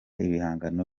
ibihangano